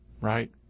right